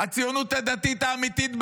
הציונות הדתית האמיתית,